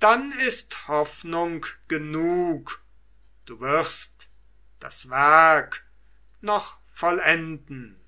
dann ist hoffnung genug du wirst das werk noch vollenden